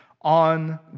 on